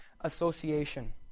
Association